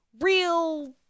real